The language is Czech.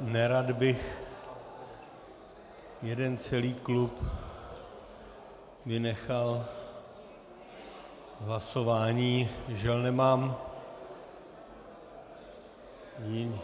Nerad bych jeden celý klub vynechal z hlasování, žel nemám